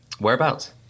whereabouts